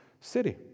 city